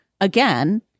again